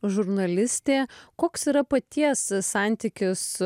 žurnalistė koks yra paties santykis